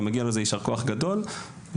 ומגיע לזה יישר כוח גדול ותודה.